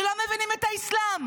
שלא מבינים את האסלאם,